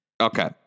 Okay